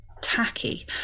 tacky